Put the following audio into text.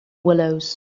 willows